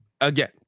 Again